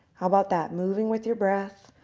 how about that? moving with your breath.